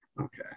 Okay